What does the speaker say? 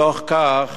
בתוך כך